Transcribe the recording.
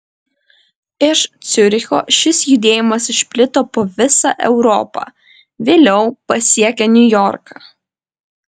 iš ciuricho šis judėjimas išplito po visą europą vėliau pasiekė niujorką